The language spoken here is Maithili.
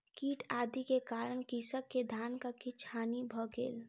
कीट आदि के कारण कृषक के धानक किछ हानि भ गेल